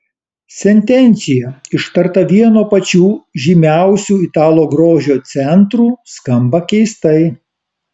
sentencija ištarta vieno pačių žymiausių italų grožio centrų skamba keistai